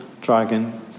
dragon